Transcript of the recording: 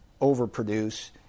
overproduce